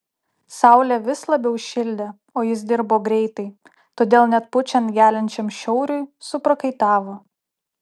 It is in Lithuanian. saulė vis labiau šildė o jis dirbo greitai todėl net pučiant geliančiam šiauriui suprakaitavo